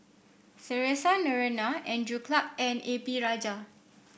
Theresa Noronha Andrew Clarke and A P Rajah